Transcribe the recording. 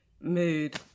mood